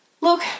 Look